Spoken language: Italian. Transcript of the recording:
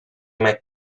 mai